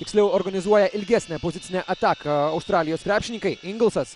tiksliau organizuoja ilgesnę pozicinę ataką australijos krepšininkai ingelsas